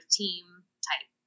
team-type